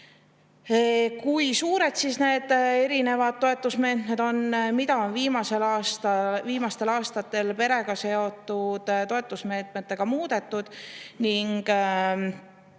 kui suured need erinevad toetusmeetmed on, mida on viimastel aastatel perega seotud toetusmeetmetes muudetud ning